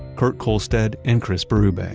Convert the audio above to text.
kurt kohlstedt and chris berube.